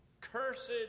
cursed